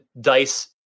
DICE